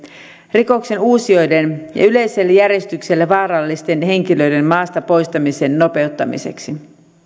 rikoksenuusijoiden ja yleiselle järjestykselle vaarallisten henkilöiden maasta poistamisen nopeuttamiseksi